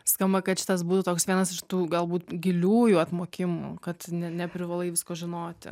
skamba kad šitas būtų toks vienas iš tų galbūt giliųjų atmokimų kad neprivalai visko žinoti